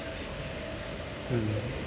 mm